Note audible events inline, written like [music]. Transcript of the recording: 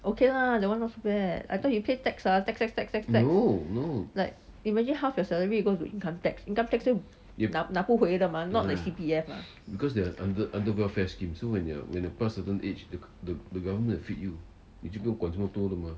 okay lah that one not so bad I thought you pay tax ah tax tax tax tax tax like imagine half your salary you go to income tax income tax [noise] 拿拿不回的吗 not like C_P_F uh